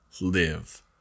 live